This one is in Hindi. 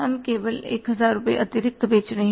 हम केवल 1000 रुपए अतिरिक्त बेच रहे हैं